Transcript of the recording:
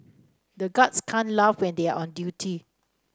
the guards can't laugh when they are on duty